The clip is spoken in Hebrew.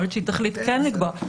יכול להיות שהיא תחליט כן לקבוע.